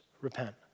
Repent